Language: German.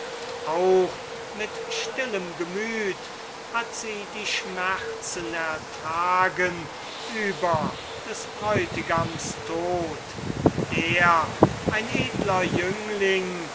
auch mit stillem gemüt hat sie die schmerzen ertragen über des bräutigams tod der ein edler jüngling